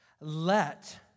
let